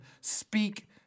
speak